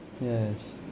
Yes